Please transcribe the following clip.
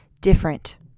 different